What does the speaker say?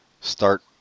start